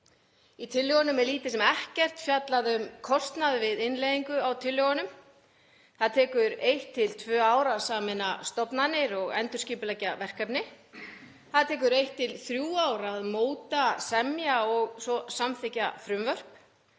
Í tillögunum er lítið sem ekkert fjallað um kostnaðinn við innleiðingu á tillögunum. Það tekur eitt, tvö ár að sameina stofnanir og endurskipuleggja verkefni. Það tekur eitt til þrjú ár að móta, semja og svo samþykkja frumvörp.